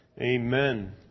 Amen